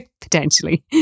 Potentially